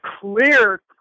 clear